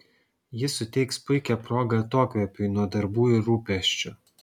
ji suteiks puikią progą atokvėpiui nuo darbų ir rūpesčių